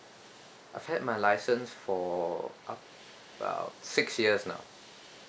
I've had my license for about six years now